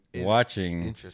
watching